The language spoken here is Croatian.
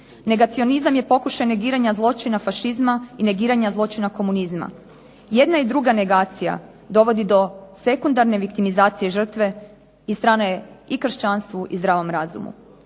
Negacionizam je pokušaj negiranja zločina fašizma i negiranja zločina komunizma. Jedna i druga negacija dovodi do sekundarne viktimizacije žrtve i strane i kršćanstvu i zdravom razumu.